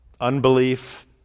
unbelief